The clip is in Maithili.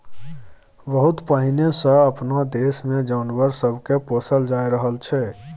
बहुत पहिने सँ अपना देश मे जानवर सब के पोसल जा रहल छै